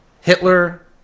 Hitler